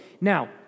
Now